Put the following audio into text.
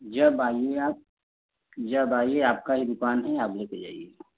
जब आइए आप जब आइए आपका ही दुकान है आप लेकर जाइए